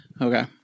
Okay